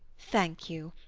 thank you.